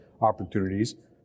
opportunities